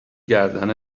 گردن